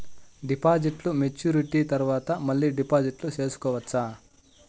డిపాజిట్లు మెచ్యూరిటీ తర్వాత మళ్ళీ డిపాజిట్లు సేసుకోవచ్చా?